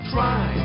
Try